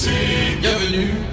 Bienvenue